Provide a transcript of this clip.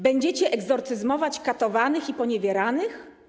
Będziecie egzorcyzmować katowanych i poniewieranych?